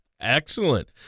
Excellent